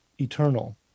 Eternal